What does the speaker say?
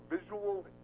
visual